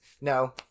No